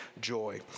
joy